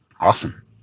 awesome